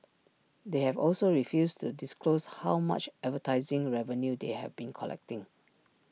they have also refused to disclose how much advertising revenue they have been collecting